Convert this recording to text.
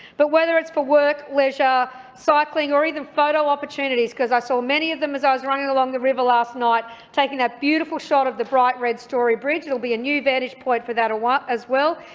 but whether it's for work, leisure, cycling or even photo opportunities because i saw many of them as i was running along the river last night, taking that beautiful shot of the bright red story bridge it will be a new vantage point for that as well.